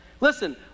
Listen